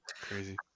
Crazy